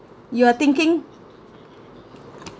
you are thinking